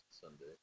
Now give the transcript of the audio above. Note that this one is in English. Sunday